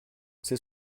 c’est